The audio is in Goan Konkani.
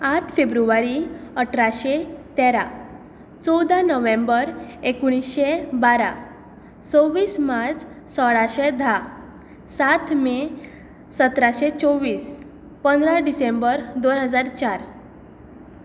आठ फेब्रुवारी अठराशें तेरा चवदा नोव्हेंबर एकोणीशे बारा सव्वीस मार्च सोळाशें धा सात मे सतराशें चोवीस पंदरा डिसेंबर दोन हजार चार